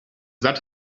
that